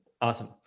Awesome